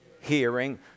hearing